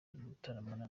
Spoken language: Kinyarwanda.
gutaramana